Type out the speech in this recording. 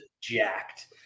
jacked